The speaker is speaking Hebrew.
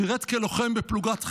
שירת כלוחם בפלוגת ח"ץ,